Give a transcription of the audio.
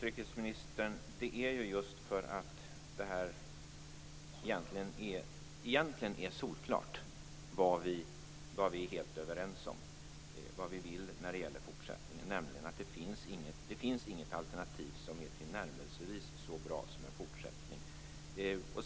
Fru talman! Ja, utrikesministern, det är egentligen solklart vad vi är helt överens om, vad vi vill när det gäller fortsättningen: Det finns inget alternativ som är tillnärmelsevis så bra som en fortsättning.